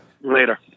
Later